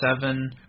seven